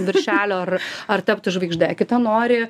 viršelio ar ar tapti žvaigžde kita nori